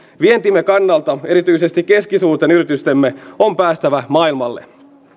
vientimme kannalta erityisesti keskisuurten yritystemme on päästävä maailmalle